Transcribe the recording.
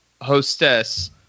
hostess